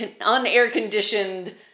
un-air-conditioned